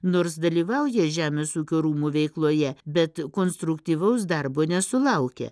nors dalyvauja žemės ūkio rūmų veikloje bet konstruktyvaus darbo nesulaukę